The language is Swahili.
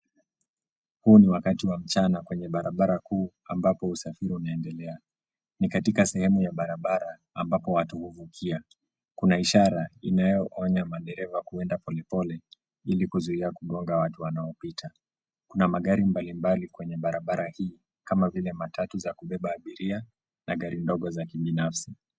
Huu ni wakati wa mchana kwenye barabara kuu ambapo usafiri unaendelea ni katika sehemu ya barabara ambapo watu huvukia, kuna ishara inayoonya madereva kuenda polepole ili kuzia kugonga watu wanaopita. kuna magari mbalimbali kwenye barabara hii kama vile matatu za kubeba abiria na gari ndogo za kibinafsi.